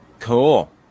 Cool